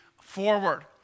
forward